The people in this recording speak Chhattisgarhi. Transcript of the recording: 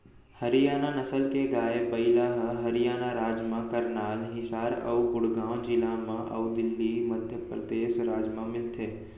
हरियाना नसल के गाय, बइला ह हरियाना राज म करनाल, हिसार अउ गुड़गॉँव जिला म अउ दिल्ली, मध्य परदेस राज म मिलथे